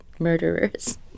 murderers